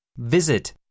visit